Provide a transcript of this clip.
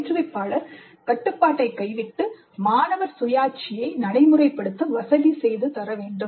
பயிற்றுவிப்பாளர் கட்டுப்பாட்டை கைவிட்டு மாணவர் சுயாட்சியை நடைமுறைப்படுத்த வசதி செய்து தர வேண்டும்